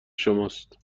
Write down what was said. شماست